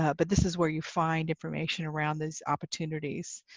ah but but this is where you find information around these opportunities.